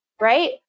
Right